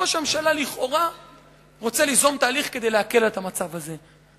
וראש הממשלה לכאורה רוצה ליזום תהליך כדי להקל את המצב הזה,